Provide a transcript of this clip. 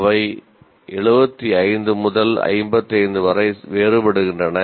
அவை 75 முதல் 55 வரை வேறுபடுகின்றன